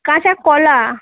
কাঁচা কলা